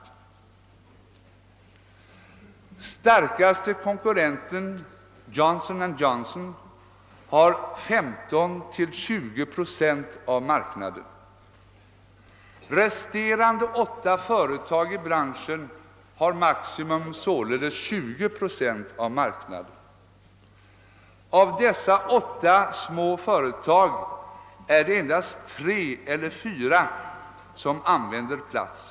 Den starkaste konkurrenten, Johnson & Johnson, har 15—20 procent. Resterande åtta företag i branschen har således maximalt 20 procent av marknaden. Av dessa åtta små företag är det endast tre eller fyra som använder plast.